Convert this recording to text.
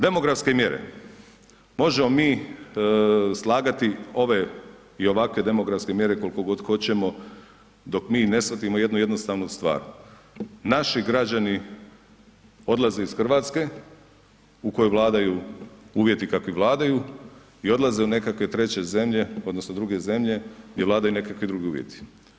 Demografske mjere, možemo mi slagati ove i ovakve demografske mjere koliko god hoćemo dok mi ne shvatimo jednu jednostavnu stvar, naši građani odlaze iz Hrvatske u kojoj vladaju uvjeti kakvi vladaju i odlaze u nekakve treće zemlje odnosno druge zemlje gdje vladaju nekakvi drugi uvjeti.